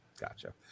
Gotcha